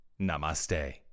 Namaste